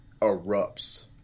erupts